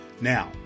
Now